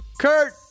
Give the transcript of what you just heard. Kurt